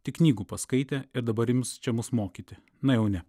tik knygų paskaitė ir dabar ims čia mus mokyti na jau ne